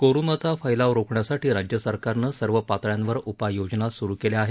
कोरोनाचा फैलाव रोखण्यासाठी राज्यसरकारनं सर्व पातळ्यांवर उपाययोजना स्रु केल्या आहेत